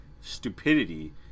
stupidity